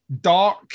dark